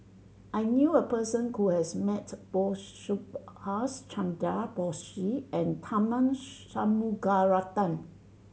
I knew a person who has met both Subhas Chandra Bose and Tharman Shanmugaratnam